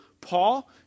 Paul